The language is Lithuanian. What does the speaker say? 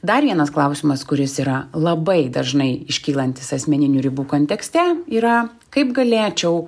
dar vienas klausimas kuris yra labai dažnai iškylantis asmeninių ribų kontekste yra kaip galėčiau